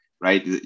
right